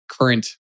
current